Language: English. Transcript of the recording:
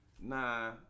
Nah